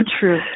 true